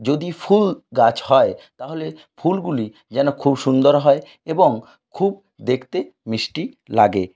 যদি ফুল গাছ হয় তাহলে ফুলগুলি যেন খুব সুন্দর হয় এবং খুব দেখতে মিষ্টি লাগে